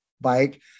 bike